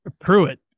Pruitt